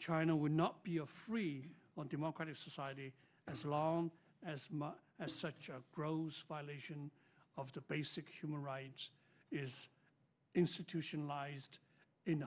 china would not be a free one democratic society as long as much as such are grose violation of the basic human rights is institutionalized in the